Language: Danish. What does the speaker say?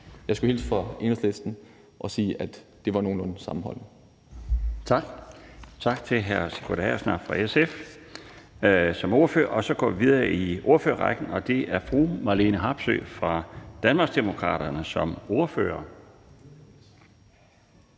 Jeg skulle hilse fra Enhedslisten og sige, at de har nogenlunde samme holdning.